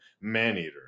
Maneater